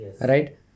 right